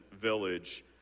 village